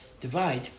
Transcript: divide